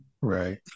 right